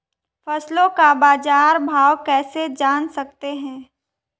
फसलों का बाज़ार भाव कैसे जान सकते हैं?